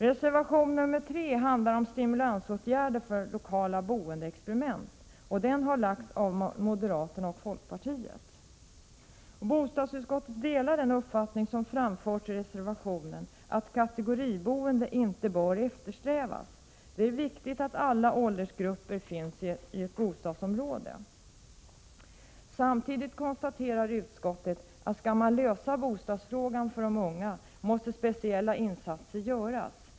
Reservation nr 3 handlar om stimulansåtgärder för lokala boendeexperiment. Den har lagts fram av moderaterna och folkpartiet. Bostadsutskottet delar den uppfattning som framförts i reservationen, nämligen att kategoriboende inte bör eftersträvas. Det är viktigt att alla åldersgrupper finns i ett bostadsområde. Samtidigt konstaterar utskottet, att skall man kunna lösa bostadsfrågan för de unga måste speciella insatser göras.